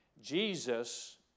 Jesus